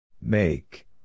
Make